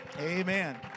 Amen